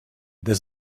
this